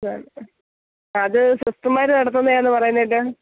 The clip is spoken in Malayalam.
അത് സിസ്റ്റർമാര് നടത്തുന്നതാണെന്ന് പറയുന്നത് കേട്ട്